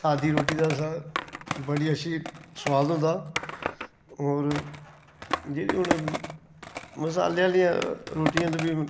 साद्दी रुट्टी दा बड़ा अच्छी स्वाद हुंदा और जेह्ड़ियां हून मसाले आह्लियां रुट्टियां ते फ्ही